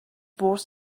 worth